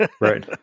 Right